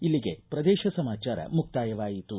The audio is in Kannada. ಇಲ್ಲಿಗೆ ಪ್ರದೇಶ ಸಮಾಚಾರ ಮುಕ್ತಾಯವಾಯಿತು